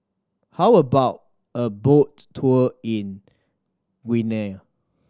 how about a boat tour in Guinea